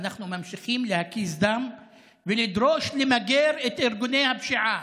ואנחנו ממשיכים להקיז דם ולדרוש למגר את ארגוני הפשיעה.